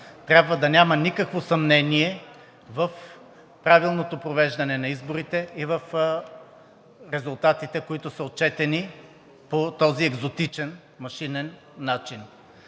Трябва да няма никакво съмнение в правилното провеждане на изборите и в резултатите, които са отчетени по този екзотичен машинен начин.